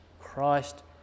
Christ